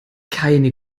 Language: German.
keine